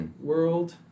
world